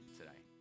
today